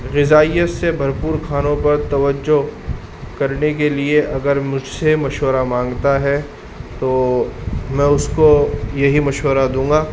غذائیت سے بھرپور کھانوں پر توجہ کرنے کے لیے اگر مجھ سے مشورہ مانگتا ہے تو میں اس کو یہی مشورہ دوں گا